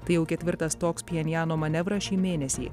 tai jau ketvirtas toks pchenjano manevras šį mėnesį